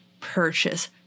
purchase